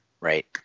Right